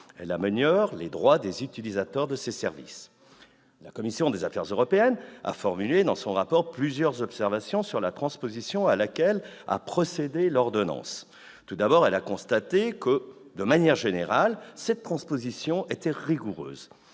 Elle améliore les droits des utilisateurs de ces services. La commission des affaires européennes a formulé dans son rapport plusieurs observations sur la transposition à laquelle a procédé l'ordonnance. Tout d'abord, elle a constaté que, de manière générale, cette transposition était rigoureuse.